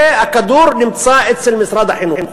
הכדור נמצא במשרד החינוך.